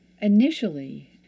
Initially